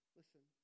listen